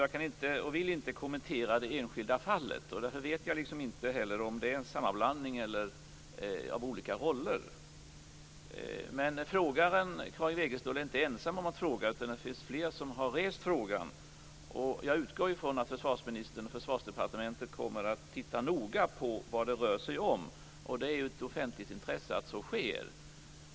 Jag kan och vill inte kommentera det enskilda fallet. Därför vet jag inte heller om det har skett en sammanblandning av olika roller. Frågeställaren Karin Wegestål är inte ensam om att fråga. Det finns fler som har rest frågan. Jag utgår ifrån att försvarsministern och Försvarsdepartementet kommer att titta noga på vad det rör sig om. Det är ett offentligt intresse att så sker.